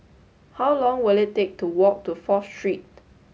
how long will it take to walk to Fourth Street